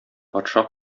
патша